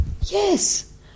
Yes